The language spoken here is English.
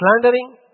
slandering